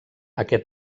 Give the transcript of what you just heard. aquest